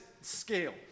scale